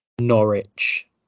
Norwich